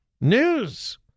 News